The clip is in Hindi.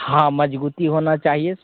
हाँ मज़बूती होनी चाहिए